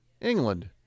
England